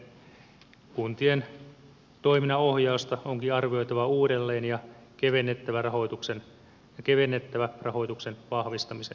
kuntien toiminnan ohjausta onkin arvioitava uudelleen ja kevennettävä rahoituksen vahvistamisen lisäksi